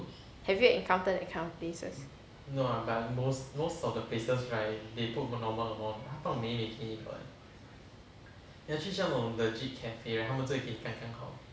have you encounter that kind of places